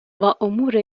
امور